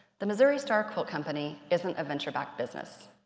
the missouri star quilt company isn't a venture back business.